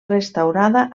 restaurada